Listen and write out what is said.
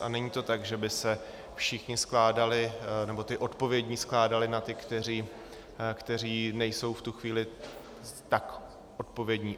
A není to tak, že by se všichni skládali nebo ti odpovědní skládali na ty, kteří nejsou v tu chvíli tak odpovědní.